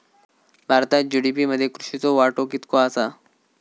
भारतात जी.डी.पी मध्ये कृषीचो वाटो कितको आसा?